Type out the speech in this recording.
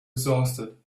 exhausted